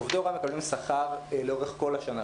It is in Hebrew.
עובדי הוראה מקבלים שכר לאורך כל השנה.